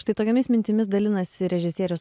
štai tokiomis mintimis dalinasi režisierius